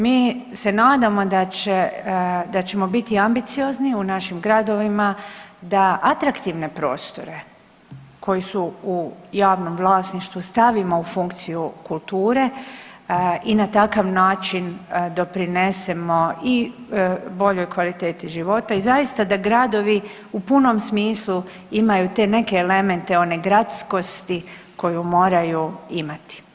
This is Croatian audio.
Mi se nadamo da ćemo biti ambiciozni u našim gradovima da atraktivne prostore koji su u javnom vlasništvu stavimo u funkciju kulture i na takav način doprinesemo i boljoj kvaliteti života i zaista da gradovi u punom smislu imaju te neke elemente one gradskosti koju moraju imati.